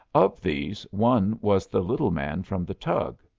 of these one was the little man from the tug.